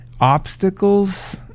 obstacles